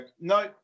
no